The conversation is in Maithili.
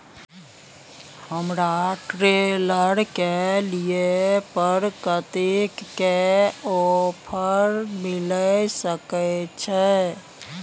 हमरा ट्रेलर के लिए पर कतेक के ऑफर मिलय सके छै?